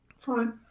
fine